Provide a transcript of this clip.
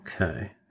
Okay